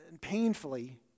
painfully